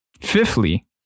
Fifthly